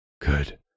Good